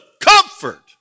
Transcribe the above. comfort